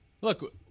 Look